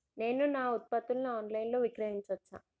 నేను నా ఉత్పత్తులను ఆన్ లైన్ లో విక్రయించచ్చా?